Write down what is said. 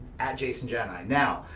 jasonjani, now,